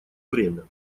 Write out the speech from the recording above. время